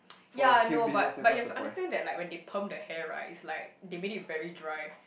ya no but but you have to understand that like when they perm the hair right it's like they made it very dry